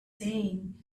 saying